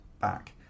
back